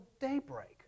daybreak